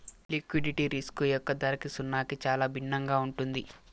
liquidity risk యొక్క ధరకి సున్నాకి చాలా భిన్నంగా ఉంటుంది